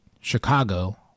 Chicago